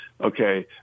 okay